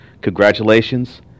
congratulations